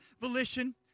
volition